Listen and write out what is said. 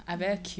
mmhmm